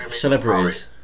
celebrities